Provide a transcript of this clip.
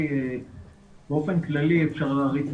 באופן של ממש משימות